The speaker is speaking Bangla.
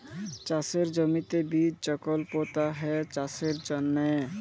চাষের জমিতে বীজ যখল পুঁতা হ্যয় চাষের জ্যনহে